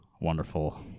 wonderful